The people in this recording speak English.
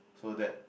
so that